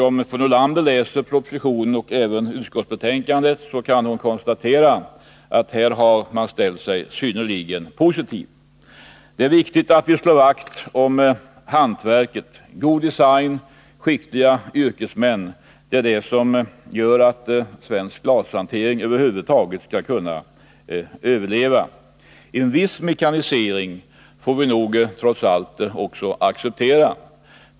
Om fru Nordlander läser propositionen och utskottsbetänkandet, kan hon konstatera att även regeringen och utskottet har ställt sig synnerligen välvilliga i detta avseende. Det är viktigt att vi slår vakt om hantverket. God svensk design och skickliga yrkesmän, det är det som skall göra det möjligt för svensk glashantering att överleva. En viss mekanisering får vi nog trots allt acceptera.